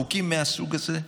חוקים מהסוג הזה?